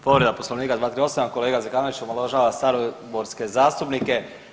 Povreda poslovnika 238. kolega Zekanović omalovažava saborske zastupnike.